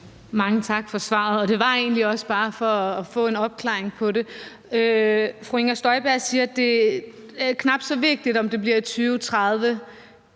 Mange tak for svaret. Det var egentlig også bare for at få en opklaring på det. Fru Inger Støjberg siger, at det er knap så vigtigt, om det bliver i 2030,